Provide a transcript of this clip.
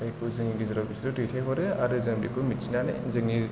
जायखौ जोंनि गेजेराव बिसोर दैथायहरो आरो जों बेखौ मिथिनानै जोंनि